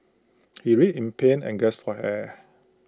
he writhed in pain and gasped for air